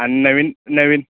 आणि नवीन नवीन